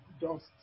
dust